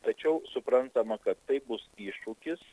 tačiau suprantama kad tai bus iššūkis